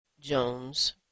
Jones